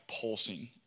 pulsing